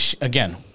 again